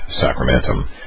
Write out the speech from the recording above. sacramentum